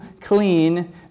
clean